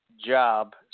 job